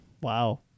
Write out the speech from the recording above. Wow